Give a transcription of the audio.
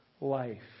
life